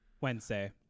wednesday